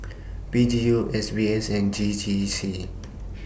P G U S B S and J J C